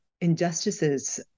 injustices